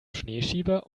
schneeschieber